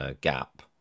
gap